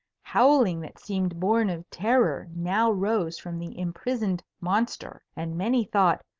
howlings that seemed born of terror now rose from the imprisoned monster and many thought,